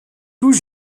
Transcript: tout